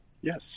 Yes